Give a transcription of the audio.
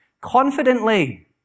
Confidently